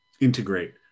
integrate